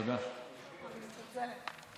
אני מתנצלת.